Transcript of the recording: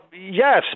Yes